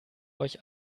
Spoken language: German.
euch